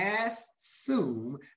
assume